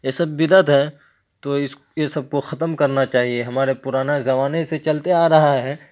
یہ سب بدعت ہے تو اس یہ سب کو ختم کرنا چاہیے ہمارے پرانا زمانے سے چلتے آ رہا ہے